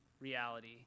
Reality